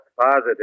Positive